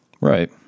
Right